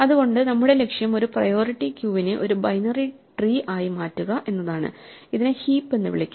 അതുകൊണ്ട് നമ്മുടെ ലക്ഷ്യം ഒരു പ്രയോറിറ്റി ക്യുവിനെ ഒരു ബൈനറി ട്രീ ആയി മാറ്റുക എന്നതാണ് ഇതിനെ ഹീപ്പ് എന്ന് വിളിക്കും